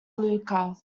luka